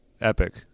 epic